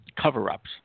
cover-ups